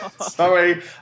Sorry